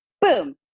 Boom